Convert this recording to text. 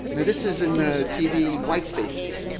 this is in the tv white spaces.